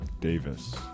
Davis